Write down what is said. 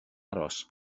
aros